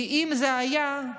כי אם זה היה,